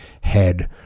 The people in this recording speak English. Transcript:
head